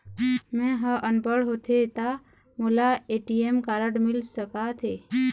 मैं ह अनपढ़ होथे ता मोला ए.टी.एम कारड मिल सका थे?